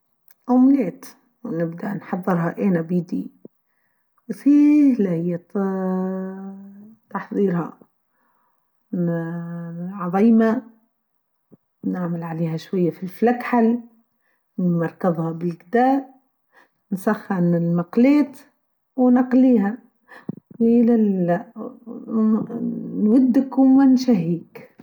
أومليت نبدأ نحظرها أنا بإيدي و فيييي لاهي طاااا تحضيرها نعضيمه نعمل عليها شويه فلفل أكحل نرقدها بالقدار نسخن المقلاه و نقليها و اااا نودا تكون نشهيك.